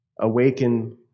Awaken